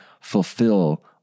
fulfill